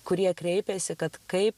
kurie kreipiasi kad kaip